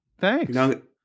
thanks